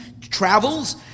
travels